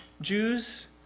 Jews